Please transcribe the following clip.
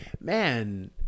man